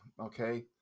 Okay